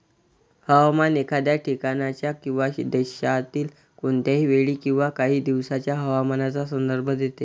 हवामान एखाद्या ठिकाणाच्या किंवा देशातील कोणत्याही वेळी किंवा काही दिवसांच्या हवामानाचा संदर्भ देते